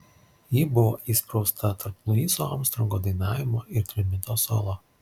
ji buvo įsprausta tarp luiso armstrongo dainavimo ir trimito solo